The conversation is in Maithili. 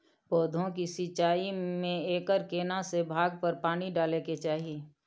पौधों की सिंचाई में एकर केना से भाग पर पानी डालय के चाही?